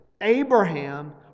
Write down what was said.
Abraham